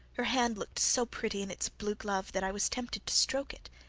her hand looked so pretty in its blue glove, that i was tempted to stroke it.